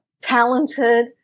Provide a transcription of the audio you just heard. talented